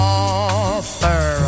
offer